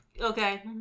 Okay